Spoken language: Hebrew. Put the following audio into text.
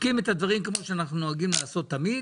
בודקים את הדברים כמו שאנחנו נוהגים לעשות תמיד